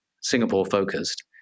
Singapore-focused